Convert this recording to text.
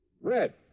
Red